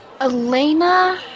Elena